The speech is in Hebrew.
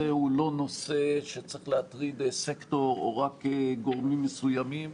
לא צריך להטריד סקטור או רק גורמים מסוימים.